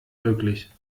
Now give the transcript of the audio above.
möglich